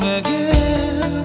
again